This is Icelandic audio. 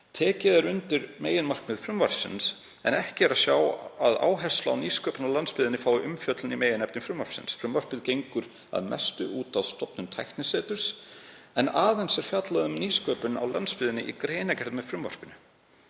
„Tekið er undir meginmarkmið frumvarpsins, en ekki er að sjá að áhersla á nýsköpun á landsbyggðinni fái umfjöllun í meginefni frumvarpsins. Frumvarpið gengur að mestu út á stofnun tækniseturs, en aðeins er fjallað um nýsköpun á landsbyggðinni í greinargerð með frumvarpinu.“